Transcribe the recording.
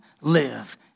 live